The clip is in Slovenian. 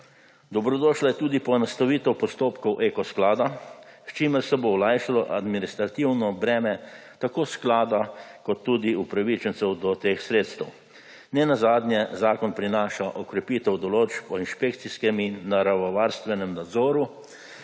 Dobrodošla je tudi poenostavitev postopkov Eko sklada, s čimer se bo olajšalo administrativno breme tako sklada kot tudi upravičencev do teh sredstev. Nenazadnje zakon prinaša okrepitev določb o inšpekcijskem in naravovarstvenem nadzoru,